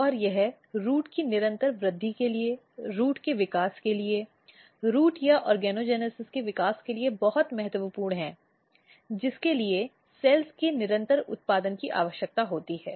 और यह रूट की निरंतर वृद्धि के लिए रूट के विकास के लिए रूट या ऑर्गनोजिनसिस के विकास के लिए बहुत महत्वपूर्ण है जिसके लिए सेल्स के निरंतर उत्पादन की आवश्यकता होती है